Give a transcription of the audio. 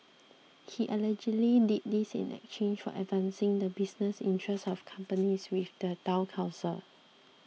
he allegedly did this in exchange for advancing the business interests of companies with the Town Council